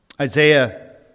Isaiah